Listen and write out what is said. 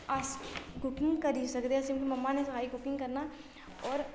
अस कुकिंग करी सकदे अस असी मम्मां नै सखाई कुकिंग करना होर